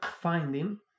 finding